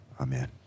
Amen